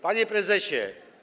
Panie Prezesie!